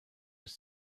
was